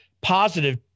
positive